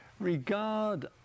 regard